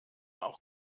auch